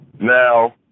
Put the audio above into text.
now